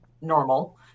normal